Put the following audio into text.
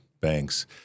banks